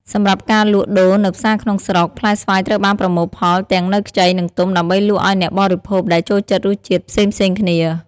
សម្រាប់ការលក់ដូរនៅផ្សារក្នុងស្រុក ផ្លែស្វាយត្រូវបានប្រមូលផលទាំងនៅខ្ចី និងទុំ ដើម្បីលក់ឲ្យអ្នកបរិភោគដែលចូលចិត្តរសជាតិផ្សេងៗគ្នា។